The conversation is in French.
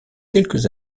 quelques